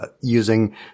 using